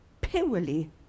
purely